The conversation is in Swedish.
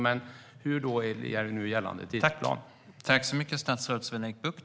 Hur ser den gällande tidsplanen ut?